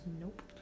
Nope